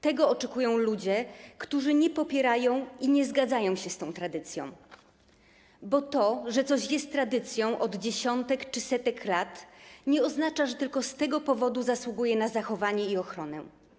Tego oczekują ludzie, którzy nie popierają tej tradycji i nie zgadzają się z nią, bo to, że coś jest tradycją od dziesiątek czy setek lat, nie oznacza, że tylko z tego powodu zasługuje na zachowanie i ochronę.